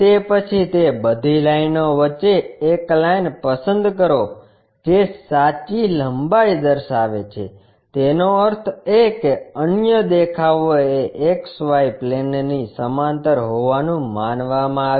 તે પછી તે બધી લાઇનો વચ્ચે એક લાઇન પસંદ કરો જે સાચી લંબાઈ દર્શાવે છે તેનો અર્થ એ કે અન્ય દેખાવો એ XY પ્લેનની સમાંતર હોવાનું માનવામાં આવે છે